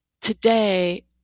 today